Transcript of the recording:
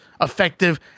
effective